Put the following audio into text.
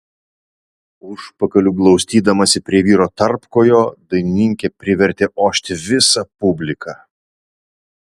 užpakaliu glaustydamasi prie vyro tarpkojo dainininkė privertė ošti visą publiką